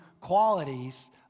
qualities